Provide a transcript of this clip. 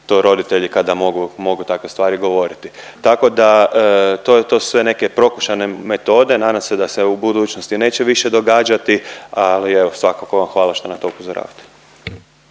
to roditelji kada mogu takve stvari govoriti. Tako da to su sve neke prokušane metode, nadam se da se u budućnosti neće više događati, ali evo svakako vam hvala što na to upozoravate.